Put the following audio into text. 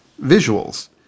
visuals